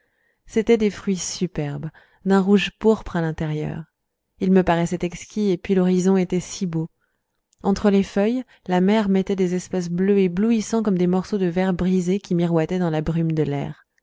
c'étaient des fruits superbes d'un rouge pourpre à l'intérieur ils me paraissaient exquis et puis l'horizon était si beau entre les feuilles la mer mettait des espaces bleus éblouissants comme des morceaux de verre brisés qui miroitaient dans la brume de l'air